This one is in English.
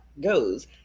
goes